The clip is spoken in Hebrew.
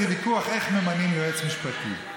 איזה ויכוח איך ממנים יועץ משפטי.